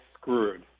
screwed